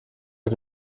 und